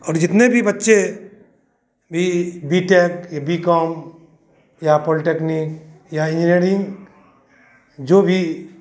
और जितने भी बच्चे भी बी बी टेक या बी कॉम या पॉलिटेक्निक या इंजीनियरिंग जो भी